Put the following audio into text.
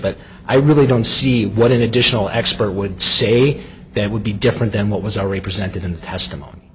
but i really don't see what an additional expert would say that would be different than what was already presented in the testimony